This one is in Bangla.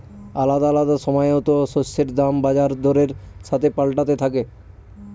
আলাদা আলাদা সময়তো শস্যের দাম বাজার দরের সাথে পাল্টাতে থাকে